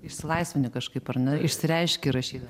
išsilaisvini kažkaip ar ne išsireiški rašyda